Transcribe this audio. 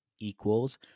equals